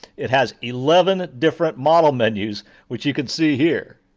it has eleven different model menus which you can see here!